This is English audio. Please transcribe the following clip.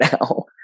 now